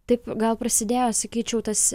taip gal prasidėjo sakyčiau tas